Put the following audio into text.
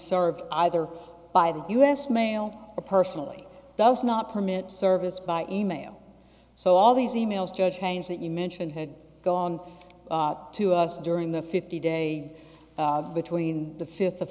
served either by the us mail or personally does not permit service by e mail so all these e mails judge change that you mention had gone to us during the fifty day between the fifth of